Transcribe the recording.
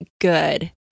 good